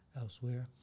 elsewhere